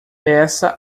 peça